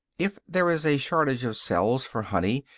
if there is a shortage of cells for honey,